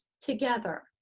together